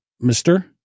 mister